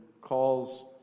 calls